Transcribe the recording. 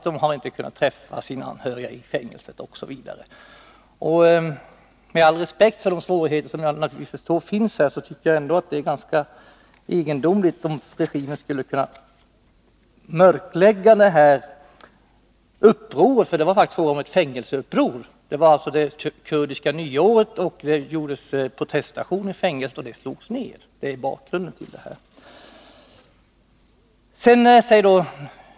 De intagna har inte kunnat träffa sina anhöriga i fängelset osv. Med allt beaktande av de svårigheter som naturligtvis finns tycker jag ändå att det är ganska egendomligt om regimen skulle kunna mörklägga det här upproret. Det var faktiskt fråga om ett fängelseuppror. Det var det kurdiska nyåret, och det förekom protestaktioner i fängelset som slogs ner. Detta är bakgrunden.